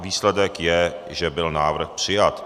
Výsledek je, že byl návrh přijat.